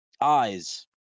eyes